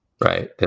Right